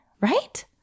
right